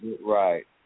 Right